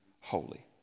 holy